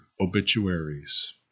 obituaries